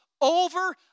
over